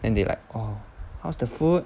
and they like orh how's the food